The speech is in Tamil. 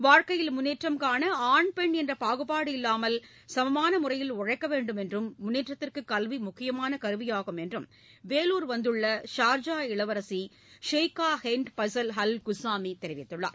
வாழ்க்கையில் முன்னேற்றம் காண ஆண் பெண் என்ற பாகுபாடு இல்வாமல் சமமான முறையில் உளழக்க வேண்டுமென்றும் முன்னேற்றத்திற்கு கல்வி முக்கியமான கருவியாகும் என்று வேலூர் வந்துள்ள ஷார்ஜா இளவரசி Sheikha Hend Faisal Al Qassimi தெரிவித்தார்